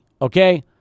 Okay